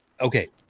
Okay